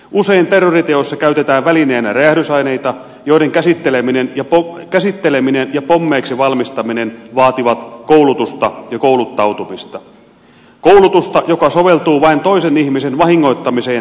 usein terroriteossa käytetään välineenä räjähdysaineita joiden käsitteleminen ja pommeiksi valmistaminen vaativat koulutusta ja kouluttautumista koulutusta joka soveltuu vain toisen ihmisen vahingoittamiseen tähtäävään toimintaan